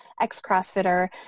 ex-CrossFitter